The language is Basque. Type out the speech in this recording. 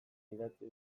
idatzi